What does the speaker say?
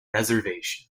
reservation